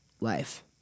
life